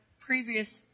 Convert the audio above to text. previous